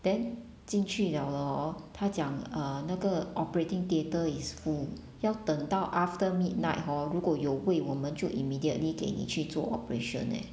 then 进去 liao 了 hor 他讲 uh 那个 operating theatre is full 要等到 after midnight hor 如果有位我们就 immediately 给你去做 operation eh